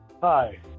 Hi